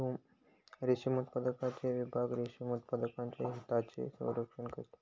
रेशीम उत्पादन विभाग रेशीम उत्पादकांच्या हितांचे संरक्षण करते